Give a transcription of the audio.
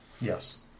Yes